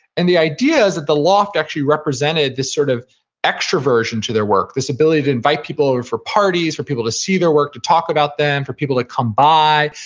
and the idea is that the loft actually represented this sort of extroversion to their work. this ability to invite people over for parties, for people to see their work, to talk about them, for people to come by.